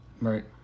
Right